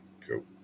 cool